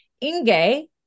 inge